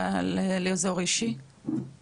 סליחה שהפתעתי אותך.